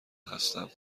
هستم